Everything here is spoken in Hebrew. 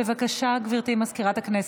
בבקשה, גברתי סגנית מזכירת הכנסת,